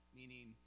meaning